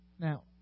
Now